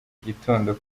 gitondo